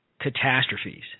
catastrophes